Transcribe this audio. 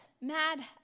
mad